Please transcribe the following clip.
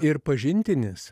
ir pažintinis